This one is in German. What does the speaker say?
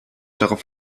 drauf